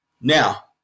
Now